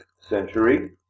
century